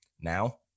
Now